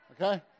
okay